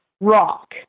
rock